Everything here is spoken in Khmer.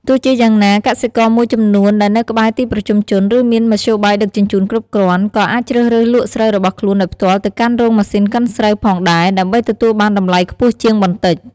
ទោះជាយ៉ាងណា កសិករមួយចំនួនដែលនៅក្បែរទីប្រជុំជន ឬមានមធ្យោបាយដឹកជញ្ជូនគ្រប់គ្រាន់ ក៏អាចជ្រើសរើសលក់ស្រូវរបស់ខ្លួនដោយផ្ទាល់ទៅកាន់រោងម៉ាស៊ីនកិនស្រូវផងដែរ ដើម្បីទទួលបានតម្លៃខ្ពស់ជាងបន្តិច។